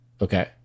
Okay